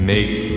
Make